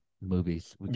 movies